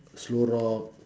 slow rock